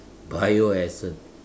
Bio Essence